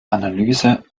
analyse